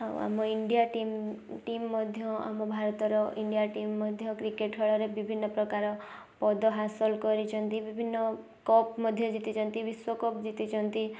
ଆଉ ଆମ India team team ମଧ୍ୟ ଆମ ଭାରତର ଇଣ୍ଡିଆ ଟିମ୍ ମଧ୍ୟ କ୍ରିକେଟ୍ ଖେଳରେ ବିଭିନ୍ନ ପ୍ରକାର ପଦ ହାସଲ୍ କରିଛନ୍ତି ବିଭିନ୍ନ କପ୍ ମଧ୍ୟ ଜିତିଛନ୍ତି ବିଶ୍ୱକପ୍ ଜିତିଛନ୍ତି